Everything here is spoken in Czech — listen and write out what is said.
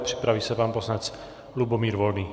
Připraví se pan poslanec Lubomír Volný.